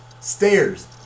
stairs